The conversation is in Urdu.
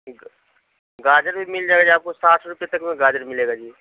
گا گاجر بھی مِل جائے گا آپ کو ساٹھ روپے تک میں گاجر مِلے گا جی